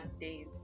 days